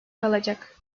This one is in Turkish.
kalacak